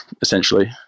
essentially